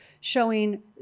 showing